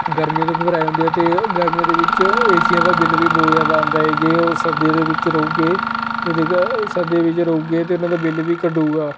ਗਰਮੀਆਂ ਤੋਂ ਘਬਰਾਏ ਹੁੰਦੇ ਆ ਅਤੇ ਉਹ ਗਰਮੀਆਂ ਦੇ ਵਿੱਚ ਏ ਸੀਆਂ ਦਾ ਬਿੱਲ ਵੀ ਬਹੁਤ ਜ਼ਿਆਦਾ ਆਉਂਦਾ ਹੈ ਜੇ ਉਹ ਸਰਦੀਆਂ ਦੇ ਵਿੱਚ ਰਹੂਗੇ ਅਤੇ ਉਹਦੇ ਸਰਦੀਆਂ ਦੇ ਵਿੱਚ ਰਹੂਗੇ ਤਾਂ ਉਹਨਾਂ ਦਾ ਬਿੱਲ ਵੀ ਘਟੂਗਾ